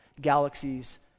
galaxies